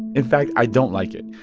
in fact, i don't like it.